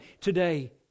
today